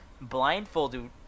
blindfolded